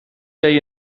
thee